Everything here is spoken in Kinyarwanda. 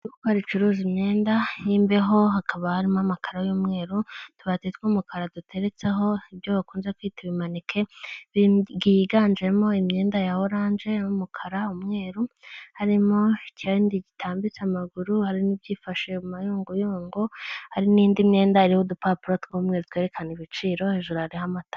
Iduka ricuruza imyenda y'imbeho hakaba harimo amakaro y'umweru utubati tw'umukara duteretseho ibyo bakunze kwita ibimaneke byiganjemo imyenda ya oranje n'umukara, umweru harimo ikindi gitambitse amaguru hari n'ibyifashe mu mayunguyungo hari n'indi myenda hariho udupapuro tumwe twerekana ibiciro hejuru hari amatara.